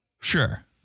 Sure